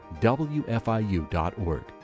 WFIU.org